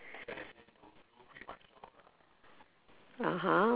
(uh huh)